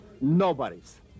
Nobody's